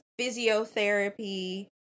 physiotherapy